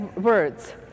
words